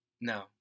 No